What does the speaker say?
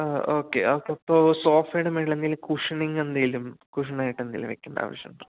okay അപ്പോൾ സോഫയുടെ മുകളിൽ എന്തെങ്കിലും കുഷ്യനിങ്ങെന്തെങ്കിലും കുഷ്യനായിട്ട് എന്തെങ്കിലും വെക്കേണ്ട ആവശ്യമുണ്ടോ